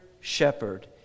shepherd